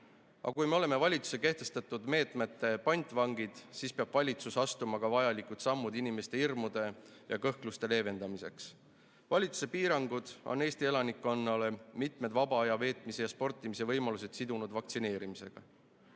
kui me oleme valitsuse kehtestatud meetmete pantvangid, siis peab valitsus astuma ka vajalikud sammud inimeste hirmude ja kõhkluste leevendamiseks. Valitsuse piirangud on Eesti elanikkonnale mitmed vaba aja veetmise ja sportimise võimalused sidunud vaktsineerimisega.